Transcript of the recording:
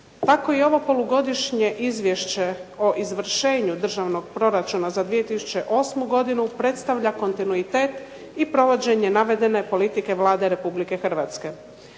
Tako i ovo polugodišnje izvješće o izvršenju državnog proračuna za 2008. godinu predstavlja kontinuitet i provođenje navedene politike Vlade Republike Hrvatske.